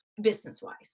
business-wise